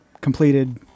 completed